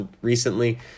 recently